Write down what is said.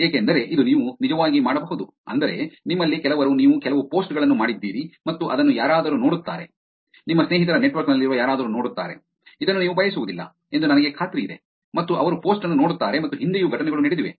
ಏಕೆಂದರೆ ಇಂದು ನೀವು ನಿಜವಾಗಿ ಮಾಡಬಹುದು ಅಂದರೆ ನಿಮ್ಮಲ್ಲಿ ಕೆಲವರು ನೀವು ಕೆಲವು ಪೋಸ್ಟ್ ಗಳನ್ನು ಮಾಡಿದ್ದೀರಿ ಮತ್ತು ಅದನ್ನು ಯಾರಾದರೂ ನೋಡುತ್ತಾರೆ ನಿಮ್ಮ ಸ್ನೇಹಿತರ ನೆಟ್ವರ್ಕ್ ನಲ್ಲಿರುವ ಯಾರಾದರೂ ನೋಡುತ್ತಾರೆ ಇದನ್ನು ನೀವು ಬಯಸುವುದಿಲ್ಲ ಎಂದು ನನಗೆ ಖಾತ್ರಿಯಿದೆ ಮತ್ತು ಅವರು ಪೋಸ್ಟ್ ಅನ್ನು ನೋಡುತ್ತಾರೆ ಮತ್ತು ಹಿಂದೆಯೂ ಘಟನೆಗಳು ನಡೆದಿವೆ